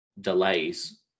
delays